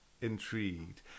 intrigued